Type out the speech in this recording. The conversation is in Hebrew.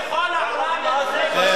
בכל העולם בנושא של זכויות אדם,